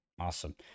Awesome